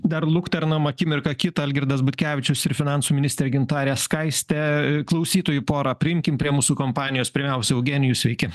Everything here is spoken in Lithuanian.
dar lukternam akimirką kitą algirdas butkevičius ir finansų ministrė gintarę skaistę klausytojų porą priimkim prie mūsų kompanijos pirmiausia eugenijų sveiki